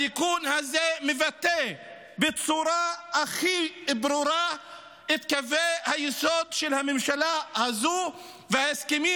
התיקון הזה מבטא בצורה הכי ברורה את קווי היסוד של הממשלה הזו וההסכמים